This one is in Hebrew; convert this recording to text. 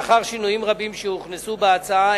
לאחר שינויים רבים שהוכנסו בהצעה,